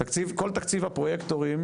תקציב, כל תקציב הפרויקטורים,